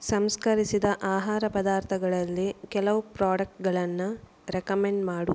ಸಂಸ್ಕರಿಸಿದ ಆಹಾರ ಪದಾರ್ಥಗಳಲ್ಲಿ ಕೆಲವು ಪ್ರಾಡಕ್ಟ್ಗಳನ್ನು ರೆಕಮೆಂಡ್ ಮಾಡು